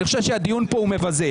אני חושב שהדיון פה הוא מבזה,